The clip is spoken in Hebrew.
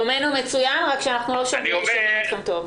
שלומנו מצוין, אבל אנחנו לא שומעים אותך היטב.